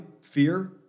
fear